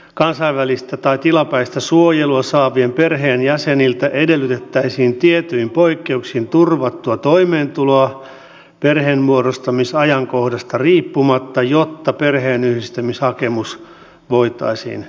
kansainvälistä tai tilapäistä suojelua saavien perheenjäseniltä edellytettäisiin tietyin poikkeuksin turvattua toimeentuloa perheenmuodostamisajankohdasta riippumatta jotta perheenyhdistämishakemus voitaisiin hyväksyä